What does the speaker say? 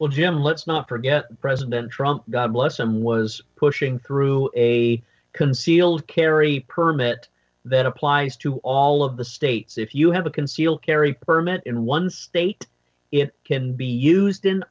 well jim let's not forget president drunk god bless him was pushing through a concealed carry permit that applies to all of the states if you have a concealed carry permit in one state it can be used in